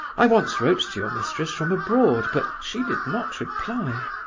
i once wrote to your mistress from abroad, but she did not reply.